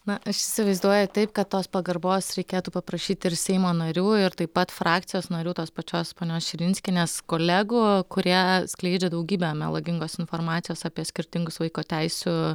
na aš įsivaizduoju taip kad tos pagarbos reikėtų paprašyti ir seimo narių ir taip pat frakcijos narių tos pačios ponios širinskienės kolegų kurie skleidžia daugybę melagingos informacijos apie skirtingus vaiko teisių